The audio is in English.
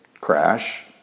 crash